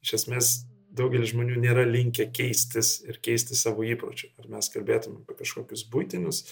iš esmės daugelis žmonių nėra linkę keistis ir keisti savo įpročius ar mes kalbėtume apie kažkokius buitinius